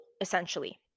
essentially